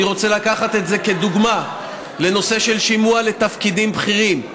אני רוצה לקחת את זה כדוגמה לנושא של שימוע בתפקידים בכירים.